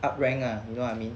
up rank ah you know what I mean